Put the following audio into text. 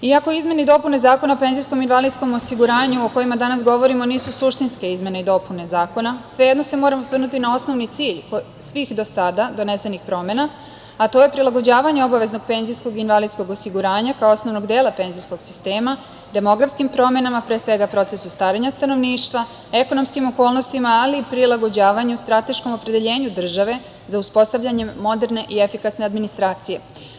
Iako izmene i dopune Zakona o penzijskom i invalidskom osiguranju, o kojima danas govorimo, nisu suštinske izmene i dopune zakona, svejedno se moramo osvrnuti na osnovni cilj svih do sada donesenih promena, a to je prilagođavanje obaveznog penzijskog i invalidskog osiguranja kao osnovnog dela penzijskog sistema demografskim promenama, pre svega procesu starenja stanovništva, ekonomskim okolnostima, ali i prilagođavanju strateškom opredeljenju države za uspostavljanje moderne i efikasne administracije.